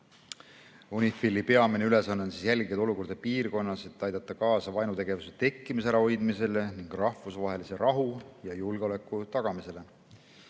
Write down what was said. UNIFIL-i peamine ülesanne on jälgida olukorda piirkonnas, aidata kaasa vaenutegevuse tekkimise ärahoidmisele ning rahvusvahelise rahu ja julgeoleku tagamisele,